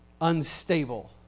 Unstable